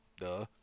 Duh